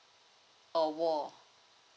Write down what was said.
or wall